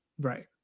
right